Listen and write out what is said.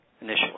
initially